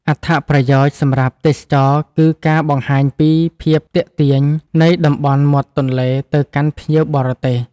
អត្ថប្រយោជន៍សម្រាប់ទេសចរណ៍គឺការបង្ហាញពីភាពទាក់ទាញនៃតំបន់មាត់ទន្លេទៅកាន់ភ្ញៀវបរទេស។